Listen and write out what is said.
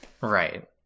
right